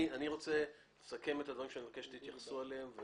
אני רוצה לסכם את הדברים שאני מבקש שתתייחסו אליהם.